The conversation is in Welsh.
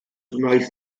wnaeth